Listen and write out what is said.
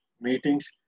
meetings